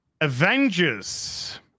Avengers